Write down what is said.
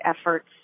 efforts